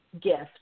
gift